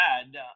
add